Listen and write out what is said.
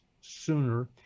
sooner